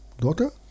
daughter